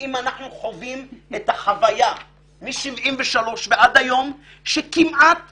אם אנחנו חווים את החוויה מ-1973 ועד היום שלהוציא